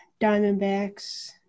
Diamondbacks